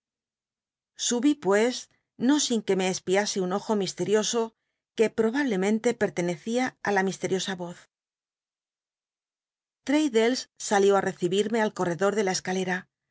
subí pues no sin que me espiase un ojo misterioso que probablemente pertcnecia i la misteriosa or l'taddlcs salió i recibirme al corredor de la escalera